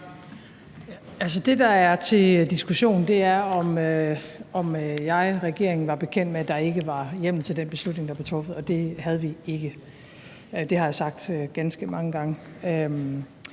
det, der er til diskussion, er, om jeg og regeringen var bekendt med, at der ikke var hjemmel til den beslutning, der blev truffet, og det var vi ikke. Det har jeg sagt ganske mange gange.